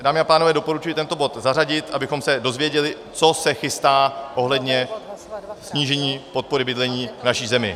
Dámy a pánové, doporučuji tento bod zařadit, abychom se dozvěděli, co se chystá ohledně snížení podpory bydlení v naší zemi.